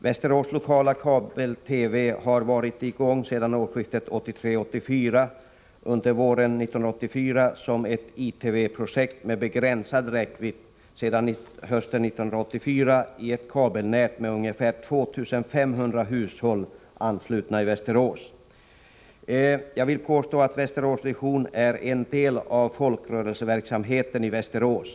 Västerås lokala kabel-TV har varit i gång sedan årsskiftet 1983-1984, under våren 1984 som ett ITV-projekt med begränsad räckvidd, sedan hösten 1984 i ett kabelnät med ungefär 2 500 hushåll i Västerås anslutna. Jag vill påstå att Västerås Vision är en del av folkrörelseverksamheten i Västerås.